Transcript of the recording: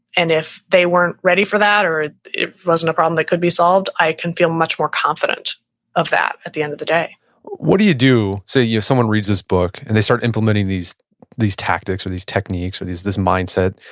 and if they weren't ready for that or it wasn't a problem that could be solved, i can feel much more confident of that at the end of the day what do you do? say, if someone reads this book and they start implementing these these tactics or these techniques or this mindset,